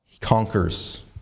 conquers